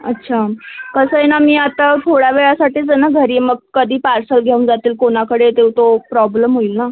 अच्छा कसं आहे ना मी आत्ता थोड्या वेळासाठीच ना घरी मग कधी पार्सल घेऊन जातील कोणाकडे देऊ तो प्रॉब्लम होईल ना